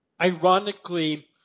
ironically